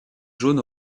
jaune